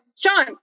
sean